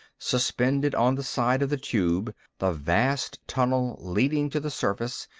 suspended on the side of the tube, the vast tunnel leading to the surface,